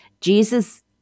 Jesus